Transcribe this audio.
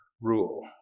rule